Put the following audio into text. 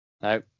no